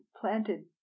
planted